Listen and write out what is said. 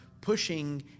pushing